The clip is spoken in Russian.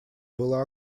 было